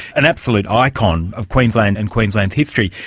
an absolute icon of queensland and queensland's history,